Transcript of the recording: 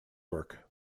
work